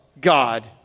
God